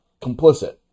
complicit